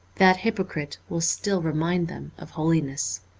that hypocrite will still remind them of holiness.